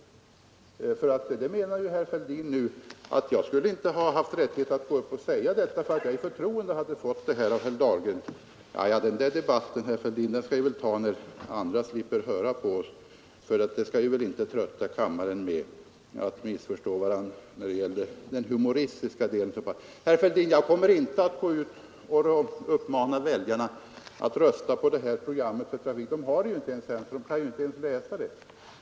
Herr Fälldin menade ju att jag inte skulle ha rättighet att säga som jag gjorde, därför att jag hade fått materialet av herr Dahlgren i förtroende. Men, herr Fälldin, den debatten kan vi väl ta när andra slipper höra på oss. Vi skall väl inte trötta kammaren med att missförstå varandra i vad gäller den mera humoristiska delen av debatten. Slutligen, herr Fälldin, kommer jag inte att gå ut och uppmana väljarna att rösta på det program som vi här talar om. Väljarna har ju inte det programmet ännu och kan därför inte ens läsa det.